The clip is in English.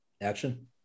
action